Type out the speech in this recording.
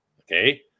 Okay